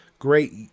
great